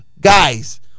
Guys